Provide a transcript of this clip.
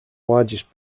largest